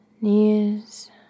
Knees